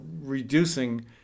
reducing